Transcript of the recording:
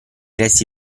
resti